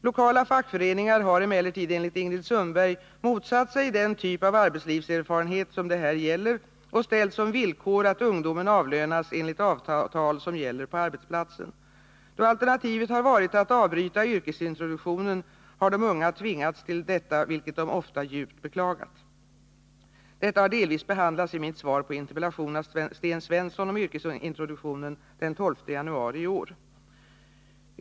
Lokala fackföreningar har emellertid enligt Ingrid Sundberg motsatt sig den typ av arbetslivserfarenhet som det här gäller och ställt som villkor att ungdomen avlönas enligt avtal som gäller på arbetsplatsen. Då alternativet har varit att avbryta yrkesintroduktionen har de unga tvingats till detta, vilket de ofta djupt beklagat. Detta har delvis behandlats i mitt svar på interpellationen av Sten Svensson om yrkesintroduktionen den 12 januari i år.